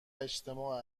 اجتماع